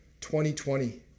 2020